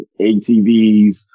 ATVs